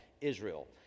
Israel